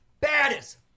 Baddest